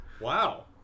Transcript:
Wow